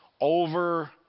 over